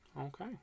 Okay